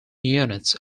units